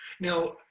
Now